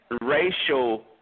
racial